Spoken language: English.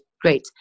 great